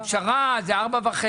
ופשרה זה 4.5